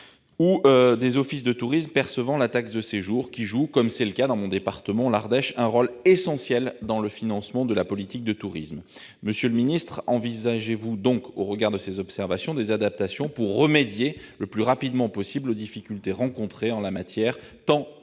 ou des offices de tourisme percevant la taxe de séjour qui jouent, comme c'est le cas dans mon département de l'Ardèche, un rôle essentiel dans le financement de la politique de tourisme. Au regard de ces observations, M. le ministre envisage-t-il des adaptations pour remédier le plus rapidement possible aux difficultés rencontrées en la matière tant par